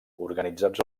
organitzats